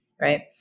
right